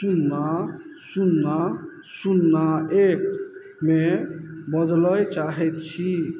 सुन्ना सुन्ना सुन्ना एकमे बदलै चाहै छी